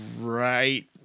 right